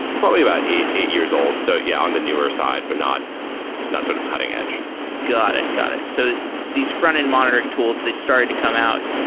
probably about eight eight years old. so, yeah, on the newer side, but not not sort of cutting edge got it. got it. so these frontend monitoring tools, they started to come out.